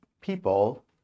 people